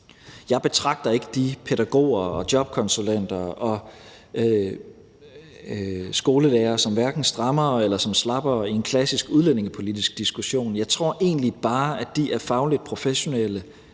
Jeg betragter ikke de pædagoger, jobkonsulenter og skolelærere som hverken strammere eller som slappere i en klassisk udlændingepolitisk diskussion. Jeg tror egentlig bare, at de er fagligt professionelle